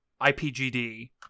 IPGD